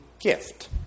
gift